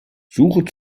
suche